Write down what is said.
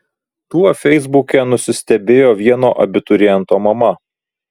tuo feisbuke nusistebėjo vieno abituriento mama